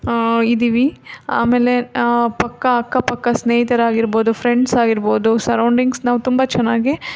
ಇದ್ದೀವಿ ಆಮೇಲೆ ಪಕ್ಕ ಅಕ್ಕಪಕ್ಕ ಸ್ನೇಹಿತರಾಗಿರ್ಬೋದು ಫ್ರೆಂಡ್ಸ್ ಆಗಿರ್ಬೋದು ಸರ್ರೌಂಡಿಂಗ್ಸ್ ನಾವು ತುಂಬ ಚೆನ್ನಾಗಿ